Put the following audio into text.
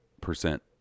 percent